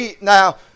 now